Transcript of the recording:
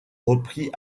repris